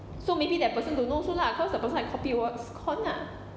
so maybe that person don't know also lah cause the person like copy words corn ah